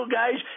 guys